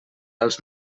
als